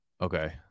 Okay